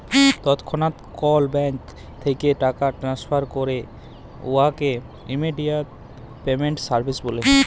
তৎক্ষণাৎ যে call bank থ্যাইকে টাকা টেনেসফার ক্যরে উয়াকে ইমেডিয়াতে পেমেল্ট সার্ভিস ব্যলে